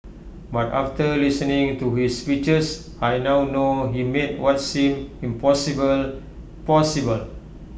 but after listening to his speeches I now know he made what seemed impossible possible